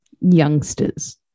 youngsters